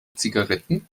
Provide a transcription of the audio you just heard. zigaretten